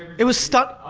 it was stuck,